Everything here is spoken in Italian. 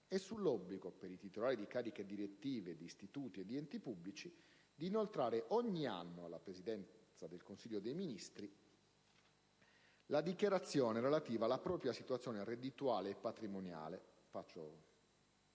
e sull'obbligo, per i titolari di cariche direttive di istituti e di enti pubblici, di inoltrare ogni anno alla Presidenza del Consiglio dei ministri la dichiarazione relativa alla propria situazione reddituale e patrimoniale